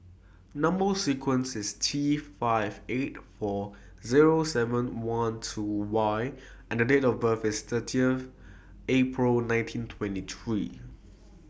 Number sequence IS T five eight four Zero seven one two Y and Date of birth IS thirteen April nineteen twenty three